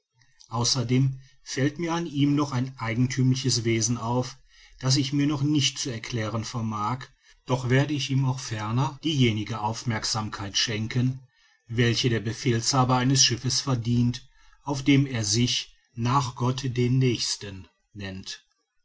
außerdem fällt mir an ihm noch ein eigentümliches wesen auf das ich mir noch nicht zu erklären vermag doch werde ich ihm auch ferner diejenige aufmerksamkeit schenken welche der befehlshaber eines schiffes verdient auf dem er sich nach gott den nächsten nennt